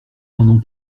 pendant